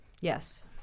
Yes